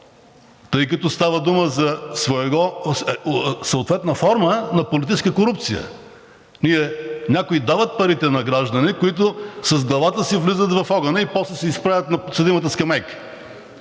тъй като става дума за съответна форма на политическа корупция. Някои дават парите на граждани, които с главата си влизат в огъня, и после се изправят на подсъдимата скамейка,